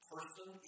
person